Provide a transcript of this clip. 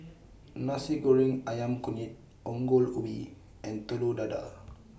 Nasi Goreng Ayam Kunyit Ongol Ubi and Telur Dadah